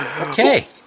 Okay